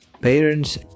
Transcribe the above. parents